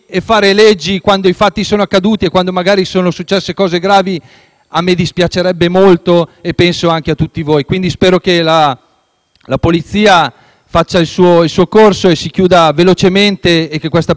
a me dispiacerebbe molto e penso anche a tutti voi. Quindi spero che la polizia faccia il suo corso, che si chiuda velocemente la vicenda e che questa persona venga messa dove deve stare: in galera.